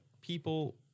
people